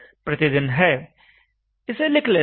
इसे लिख लेते हैं